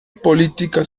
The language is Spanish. política